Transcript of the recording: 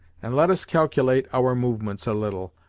and let us calculate our movements a little,